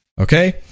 Okay